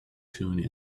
tune